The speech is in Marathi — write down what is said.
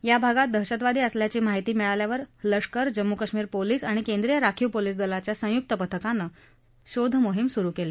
या भागात दहशतवादी असल्याची माहिती मिळाल्यावर लष्कर जम्म् कश्मीर पोलीस आणि केंद्रीय राखीव पोलीस दलाच्या संयुक्त पथकानं शोधमोहीम स्रु केली